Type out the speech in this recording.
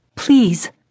Please